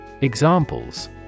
Examples